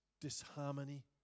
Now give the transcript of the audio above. disharmony